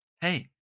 Hey